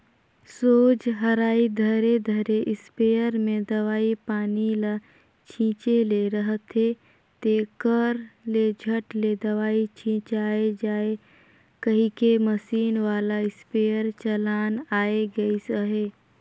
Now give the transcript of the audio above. सोझ हरई धरे धरे इस्पेयर मे दवई पानी ल छीचे ले रहथे, तेकर ले झट ले दवई छिचाए जाए कहिके मसीन वाला इस्पेयर चलन आए गइस अहे